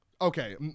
Okay